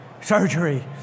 surgery